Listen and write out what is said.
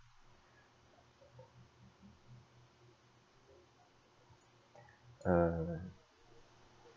uh